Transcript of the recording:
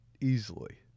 easily